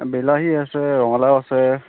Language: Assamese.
বিলাহী আছে ৰঙালাও আছে